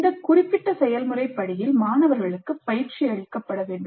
இந்த குறிப்பிட்ட செயல்முறை படியில் மாணவர்களுக்கு பயிற்சி அளிக்கப்பட வேண்டும்